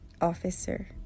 Officer